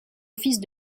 office